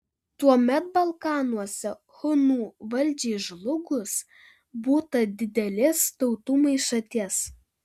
tuomet balkanuose hunų valdžiai žlugus būta didelės tautų maišaties